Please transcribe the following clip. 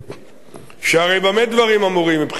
שהרי במה דברים אמורים, מבחינת החקיקה?